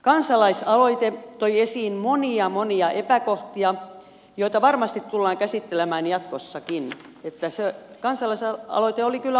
kansalaisaloite toi esiin monia monia epäkohtia joita varmasti tullaan käsittelemään jatkossakin niin että se kansalaisaloite oli kyllä aiheellinen